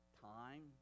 time